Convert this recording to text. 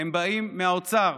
הם באים מהאוצר.